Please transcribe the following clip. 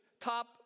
top